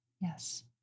Yes